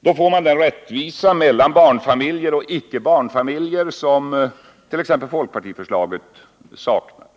Då får man den rättvisa mellan barnfamiljer och icke barnfamiljer som t.ex. folkpartiförslaget saknar.